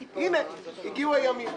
הינה, הגיעו הימים.